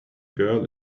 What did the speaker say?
girl